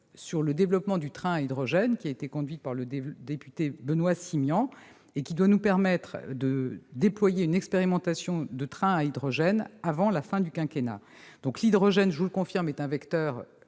sur le développement du train à hydrogène, mission conduite par le député Benoît Simian et qui doit nous permettre de déployer une expérimentation de trains à hydrogène avant la fin du quinquennat. L'hydrogène, je vous le confirme, est un vecteur